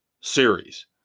series